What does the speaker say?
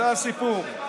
זה הסיפור.